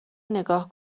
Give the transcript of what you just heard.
نگاه